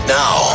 now